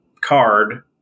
card